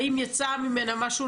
האם יצא ממנה משהו